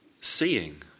seeing